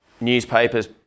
newspapers